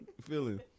feeling